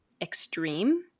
extreme